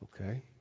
Okay